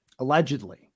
Allegedly